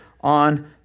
on